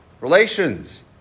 Relations